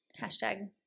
Hashtag